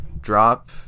drop